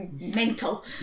mental